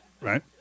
Right